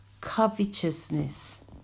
Covetousness